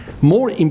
more